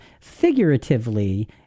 figuratively